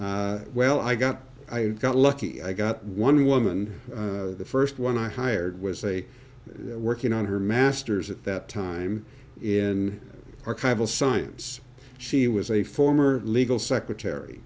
well i got i got lucky i got one woman the first one i hired was a working on her master's at that time in archival science she was a former legal secretary